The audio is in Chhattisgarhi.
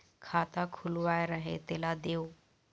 खाता खुलवाय रहे तेला देव?